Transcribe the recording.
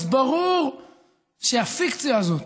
אז ברור שהפיקציה הזאת,